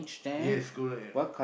yes go ahead